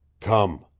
come,